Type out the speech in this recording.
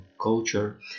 culture